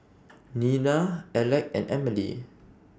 Nina Alec and Emilee